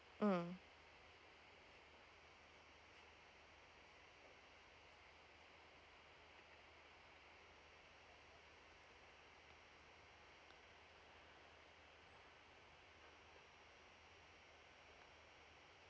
mm